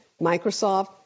Microsoft